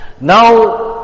Now